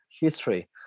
history